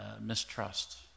mistrust